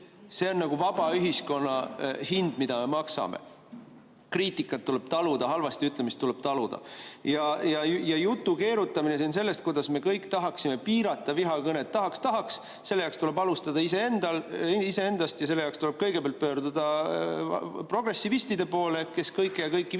See on vaba ühiskonna hind, mida me maksame. Kriitikat tuleb taluda, halvasti ütlemist tuleb taluda. Ja jutu keerutamine siin sellest, kuidas me kõik tahaksime piirata vihakõnet – tahaks, tahaks. Selle jaoks tuleb alustada iseendast ja selle jaoks tuleb kõigepealt pöörduda progressivistide poole, kes kõike ja kõiki